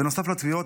בנוסף לטביעות,